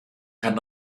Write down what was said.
kann